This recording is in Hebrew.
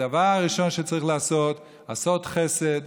הדבר הראשון שצריך לעשות, עשות חסד,